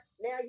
Now